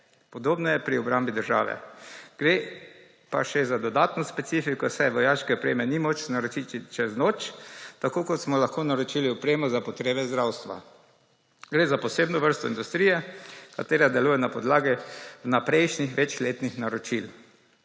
Podobno je pri obrambi države. Gre pa še za dodatno specifiko, saj vojaške opreme ni moč naročiti čez noč, tako kot smo lahko naročili opremo za potrebe zdravstva. Gre za posebno vrsto industrije, katera deluje na podlagi prejšnjih večletnih naročil.